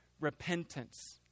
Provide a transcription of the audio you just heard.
repentance